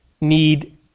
need